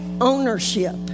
ownership